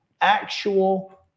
actual